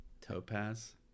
topaz